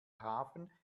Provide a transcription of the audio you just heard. hafen